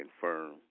firm